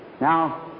Now